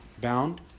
bound